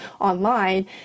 online